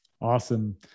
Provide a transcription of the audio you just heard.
Awesome